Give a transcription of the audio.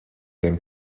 them